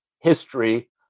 history